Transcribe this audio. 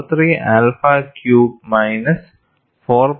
43 alpha cube minus 4